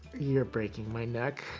you're breaking my neck.